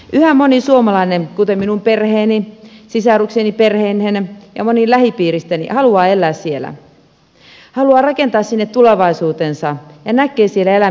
yhä moni suomalainen kuten minun perheeni sisarukseni perheineen ja moni lähipiiristäni haluaa elää siellä haluaa rakentaa sinne tulevaisuutensa ja näkee siellä elämisen mahdollisuudet